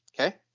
Okay